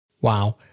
Wow